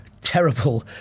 terrible